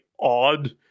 odd